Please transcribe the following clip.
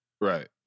right